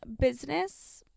business